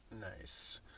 Nice